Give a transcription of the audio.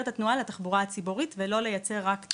את התנועה לתחבורה הציבורית ולא לייצר רק פתרון לרכבים פרטיים.